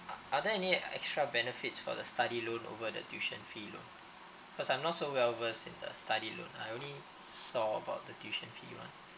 a~ are there any extra benefits for the study loan over the tuition fee loan cause I'm not so well versed in the study I only saw about the tuition fee [one]